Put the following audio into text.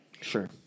Sure